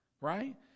Right